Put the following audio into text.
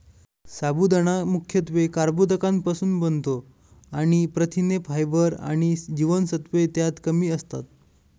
साबुदाणा मुख्यत्वे कर्बोदकांपासुन बनतो आणि प्रथिने, फायबर आणि जीवनसत्त्वे त्यात कमी असतात